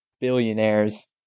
billionaires